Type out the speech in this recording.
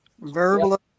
Verbal